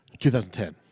2010